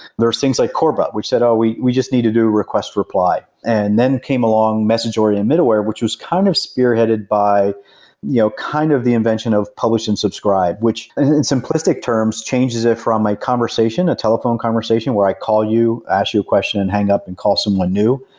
there's things like but which said, oh, we we just need to do request reply. and then came along message-oriented middleware, which was kind of spearheaded by you know kind of the invention of publish and subscribe, which in simplistic terms changes it from my conversation, a telephone conversation where i call you, ask you a question and hang up and call someone new,